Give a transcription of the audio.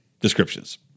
descriptions